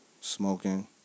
smoking